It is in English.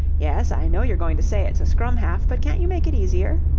yes, i know you're going to say it's a scrum-half, but can't you make it easier?